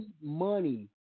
money